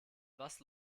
was